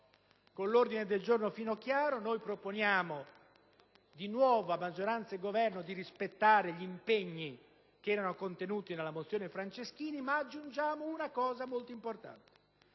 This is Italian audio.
Con l'ordine del giorno Finocchiaro proponiamo di nuovo alla maggioranza e al Governo di rispettare gli impegni contenuti nella mozione Franceschini, ma aggiungiamo un elemento molto importante: